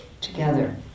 together